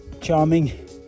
charming